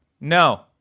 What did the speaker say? No